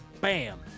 bam